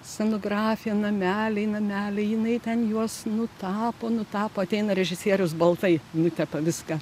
scenografija nameliai nameliai jinai ten juos nutapo nutapo ateina režisierius baltai nutepa viską